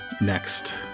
Next